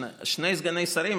שני סגני שרים,